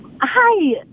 Hi